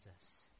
Jesus